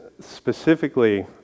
specifically